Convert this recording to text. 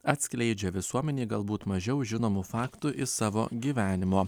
atskleidžia visuomenei galbūt mažiau žinomų faktų iš savo gyvenimo